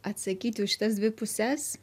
atsakyti už šitas dvi puses